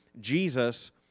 Jesus